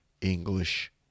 English